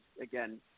again